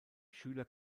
schüler